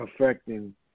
affecting